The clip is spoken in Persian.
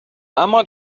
اما